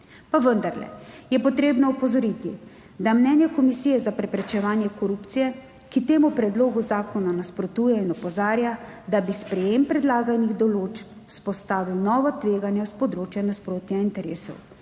vendarle je potrebno opozoriti, da mnenje Komisije za preprečevanje korupcije temu predlogu zakona nasprotuje in opozarja, da bi sprejetje predlaganih določb vzpostavil nova tveganja s področja nasprotja interesov.